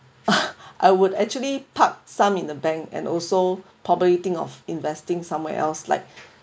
I would actually park some in the bank and also probably think of investing somewhere else like